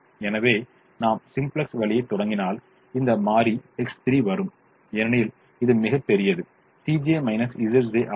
எனவே நாம் சிம்ப்ளக்ஸ் வழியைத் தொடங்கினால் இந்த மாறி X3 வரும் ஏனெனில் இது மிகப்பெரியது ஆகும்